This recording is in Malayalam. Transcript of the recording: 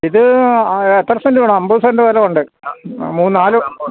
ഇത് എത്ര സെന്റ് വേണം അമ്പത് സെൻറിന് മേലെയുണ്ട് മൂന്ന് നാല്